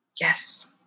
Yes